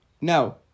No